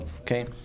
Okay